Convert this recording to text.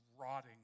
rotting